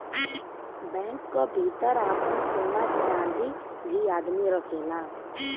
bank क भितर आपन सोना चांदी भी आदमी रखेला